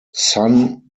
sun